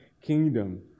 kingdom